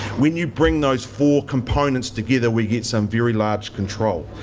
when you bring those four components together, we get some very large control.